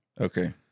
Okay